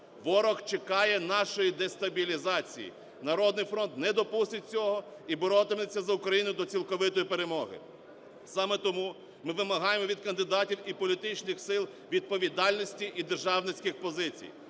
ворог чекає нашої дестабілізації. "Народний фронт" не допустить цього і боротиметься за Україну до цілковитої перемоги. Саме тому ми вимагаємо від кандидатів і політичних сил відповідальності і державницьких позицій.